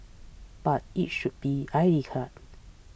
but it should be I D card